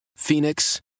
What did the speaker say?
phoenix